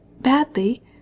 badly